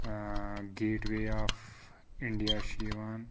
gate way of India چھُ یِوان